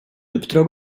uppdrag